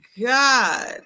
God